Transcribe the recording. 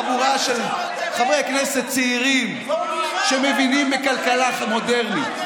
חבורה של חברי כנסת צעירים שמבינים בכלכלה מודרנית.